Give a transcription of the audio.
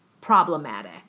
problematic